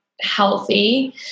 healthy